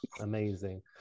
amazing